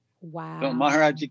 Wow